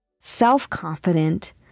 self-confident